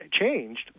changed